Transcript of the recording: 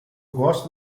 gosto